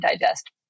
digest